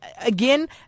again